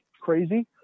crazy